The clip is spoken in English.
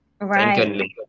Right